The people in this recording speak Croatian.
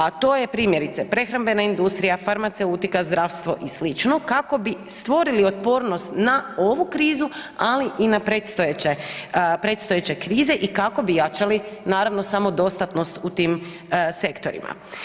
A to je primjerice, prehrambena industrija, farmaceutika, zdravstvo i sl. kako bi stvorili otpornost na ovu krizu, ali i na predstojeće krize i kako bi jačali, naravno samodostatnost u tim sektorima.